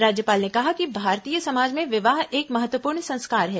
राज्यपाल ने कहा कि भारतीय समाज में विवाह एक महत्वपूर्ण संस्कार है